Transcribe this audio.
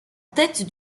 tête